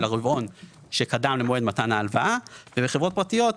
הרבעון שקדם למועד מתן ההלוואה ולחברות פרטיות,